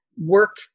work